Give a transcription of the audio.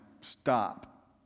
stop